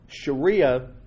Sharia